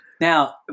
now